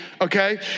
okay